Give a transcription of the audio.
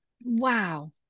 wow